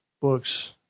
books